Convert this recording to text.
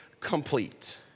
complete